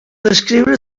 descriure